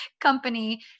company